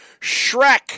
Shrek